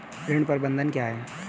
ऋण प्रबंधन क्या है?